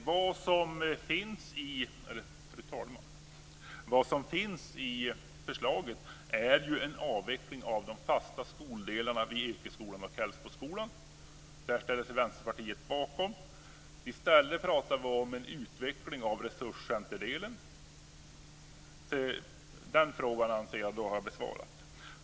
Fru talman! Vad som finns i förslaget är en avveckling av de fasta skoldelarna vid Ekeskolan och I stället pratar vi om en utveckling av resurscenterdelen. Den frågan anser jag mig därmed ha besvarat.